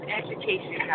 education